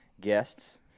guests